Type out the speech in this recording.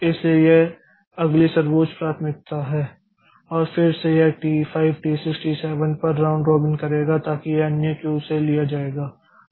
इसलिए यह अगली सर्वोच्च प्राथमिकता है और फिर से यह टी 5 टी 6 टी 7 पर राउंड रॉबिन करेगा ताकि यह अन्य क्यू से लिया जाएगा